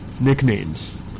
nicknames